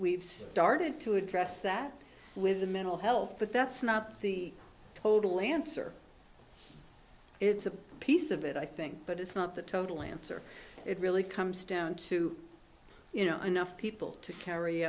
we've started to address that with the mental health but that's not the total lancer it's a piece of it i think but it's not the total answer it really comes down to you know enough people to carry